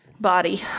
body